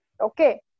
okay